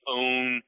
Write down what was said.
own